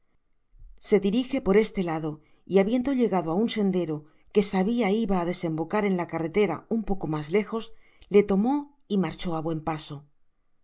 se dirije por esto lado y habiendo llegado á un sendero que sabia iba á desembocar en la carretera un poco mas lejos le tomó y marchó á buen paso